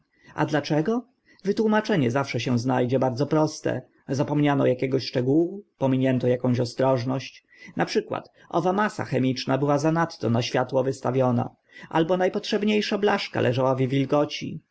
a dlaczego wytłumaczenie zawsze się zna dzie bardzo proste zapomniano akiegoś szczegółu pominięto akąś ostrożność na przykład owa masa chemiczna była zanadto na światło wystawiona albo na potrzebnie sza blaszka leżała w wilgoci